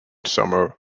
summer